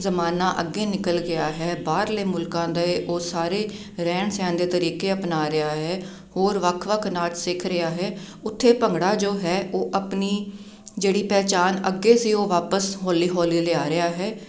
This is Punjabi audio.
ਜ਼ਮਾਨਾ ਅੱਗੇ ਨਿਕਲ ਗਿਆ ਹੈ ਬਾਹਰਲੇ ਮੁਲਕਾਂ ਦੇ ਉਹ ਸਾਰੇ ਰਹਿਣ ਸਹਿਣ ਤਰੀਕੇ ਅਪਣਾ ਰਿਹਾ ਹੈ ਹੋਰ ਵੱਖ ਵੱਖ ਨਾਚ ਸਿੱਖ ਰਿਹਾ ਹੈ ਉੱਥੇ ਭੰਗੜਾ ਜੋ ਹੈ ਉਹ ਆਪਣੀ ਜਿਹੜੀ ਪਹਿਚਾਣ ਅੱਗੇ ਸੀ ਉਹ ਵਾਪਸ ਹੌਲੀ ਹੌਲੀ ਲਿਆ ਰਿਹਾ ਹੈ